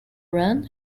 run